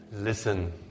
Listen